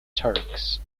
turks